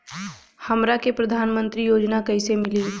हमरा के प्रधानमंत्री योजना कईसे मिली?